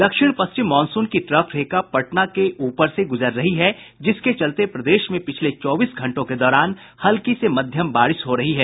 दक्षिण पश्चिम मॉनसून की ट्रफ रेखा पटना के ऊपर से गुजर रही है जिसके चलते प्रदेश में पिछले चौबीस घंटों के दौरान हल्की से मध्यम बारिश हो रही है